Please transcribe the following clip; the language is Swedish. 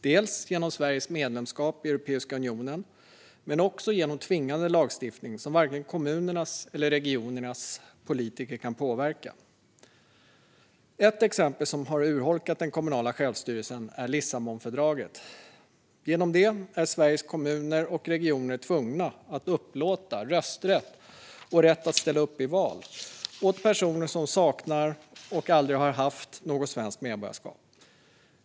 Detta har skett genom Sveriges medlemskap i Europeiska unionen men också genom tvingande lagstiftning som varken kommunernas eller regionernas politiker kan påverka. Ett exempel som har urholkat den kommunala självstyrelsen är Lissabonfördraget. Genom det är Sveriges kommuner och regioner tvungna att upplåta rösträtt och rätt att ställa upp i val åt personer som saknar svenskt medborgarskap och som aldrig har haft något.